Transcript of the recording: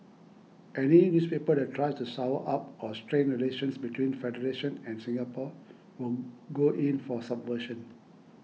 any newspaper that tries to sour up or strain relations between Federation and Singapore will go in for subversion